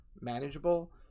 manageable